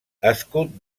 escut